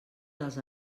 dels